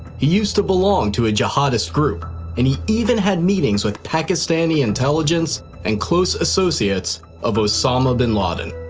he used to belong to a jihadist group and he even had meetings with pakistani intelligence and close associates of osama bin laden.